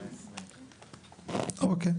אוקיי.